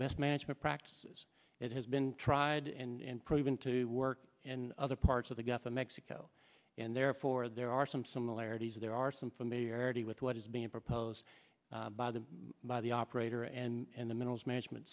best management practices it has been tried and proven to work in other parts of the gulf of mexico and therefore there are some similarities there are some familiarity with what is being proposed by the by the operator and the minerals management